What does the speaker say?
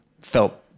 felt